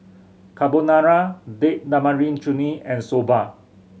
Carbonara Date Tamarind Chutney and Soba